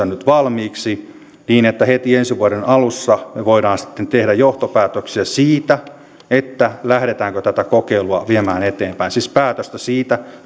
nyt valmiiksi niin että heti ensi vuoden alussa me voimme sitten tehdä johtopäätöksiä siitä lähdetäänkö tätä kokeilua viemään eteenpäin siis päätöstä siitä